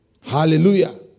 Hallelujah